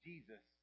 Jesus